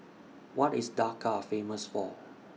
What IS Dhaka Famous For